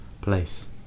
place